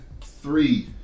three